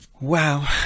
Wow